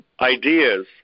ideas